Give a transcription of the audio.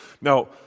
Now